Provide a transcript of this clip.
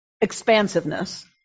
expansiveness